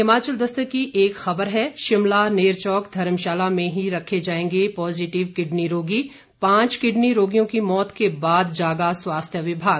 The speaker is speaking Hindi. हिमाचल दस्तक की एक खबर है शिमला नेरचौक धर्मशाला में ही रखे जाएंगे पॉजिटिव किडनी रोगी पांच किडनी रोगियों की मोत के बाद जागा स्वास्थ्य विभाग